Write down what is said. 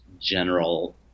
general